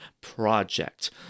project